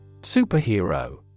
Superhero